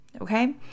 okay